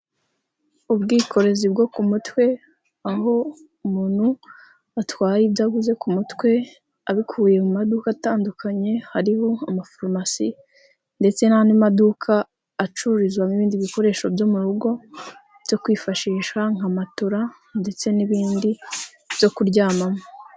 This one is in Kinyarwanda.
Ubwikorezi bwo ku mutwe, aho umuntu atwayedaguze ku mutwe abikuye mu maduka atandukanye, hariho amafaruromasi ndetse n'andi maduka acururizwamo ibindi bikoresho byo mu rugo byo kwifashisha nka matola ndetse n'ibindi byo kuryamamo.